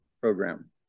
program